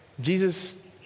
Jesus